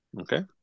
Okay